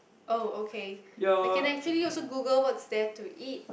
oh okay I can actually also Google what's there to eat